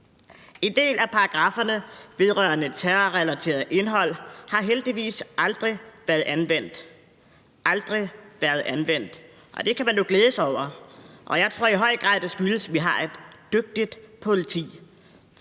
En del af paragrafferne vedrørende terror har heldigvis aldrig været anvendt – aldrig været anvendt – og det kan man jo glæde sig over. Og jeg tror i høj grad, det skyldes, at vi har et dygtigt politi